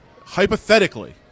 Hypothetically